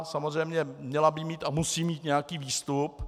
Samozřejmě měla by mít a musí mít nějaký výstup.